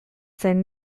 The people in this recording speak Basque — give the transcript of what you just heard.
zen